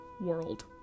world